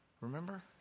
Remember